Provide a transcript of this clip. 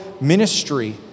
ministry